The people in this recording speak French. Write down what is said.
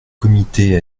comité